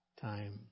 time